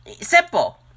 Simple